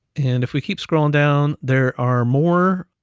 and if we keep scrolling down, there are more,